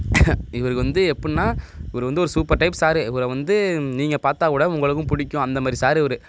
இவருக்கு வந்து எப்பின்னா இவரு வந்து ஒரு சூப்பர் டைப் சாரு இவரை வந்து நீங்கள் பார்த்தா கூட உங்களுக்கும் பிடிக்கும் அந்த மாதிரி சாரு இவரு